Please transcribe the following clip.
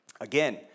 Again